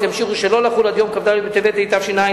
ימשיכו שלא לחול עד יום כ"ד בטבת התשע"א,